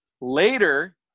Later